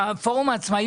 פורום העצמאים